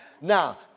Now